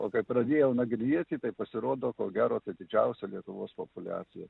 o kai pradėjau nagrinėti tai pasirodo ko gero tai didžiausia lietuvos populiacija